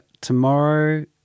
tomorrow